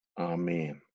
Amen